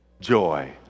joy